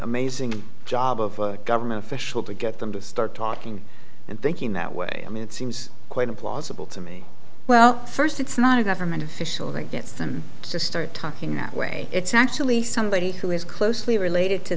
amazing job of government official to get them to start talking and thinking that way i mean it seems quite implausible to me well first it's not a government official that gets them to start talking that way it's actually somebody who is closely related to